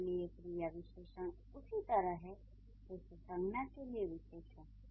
क्रिया के लिए क्रिया विशेषण उसी तरह है जैसे संज्ञा के लिए विशेषण